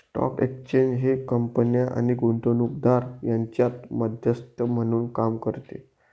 stock exchange हे कंपन्या आणि गुंतवणूकदार यांच्यात मध्यस्थ म्हणून काम करते